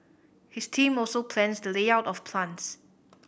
his team also plans the layout of plants